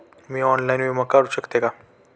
मी online विमा काढू शकते का?